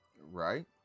Right